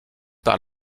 par